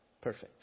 perfect